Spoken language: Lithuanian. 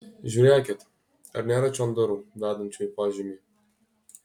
žiūrėkit ar nėra čion durų vedančių į požemį